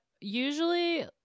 usually